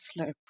slurp